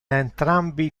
entrambi